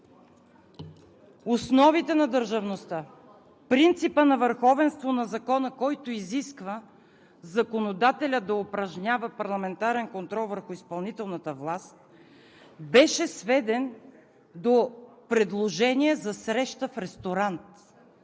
основите на държавността, принципът на върховенство на закона, който изисква законодателят да упражнява парламентарен контрол върху изпълнителната власт, беше сведен до предложение за среща в ресторант,